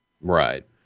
Right